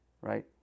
Right